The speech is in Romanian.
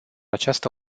această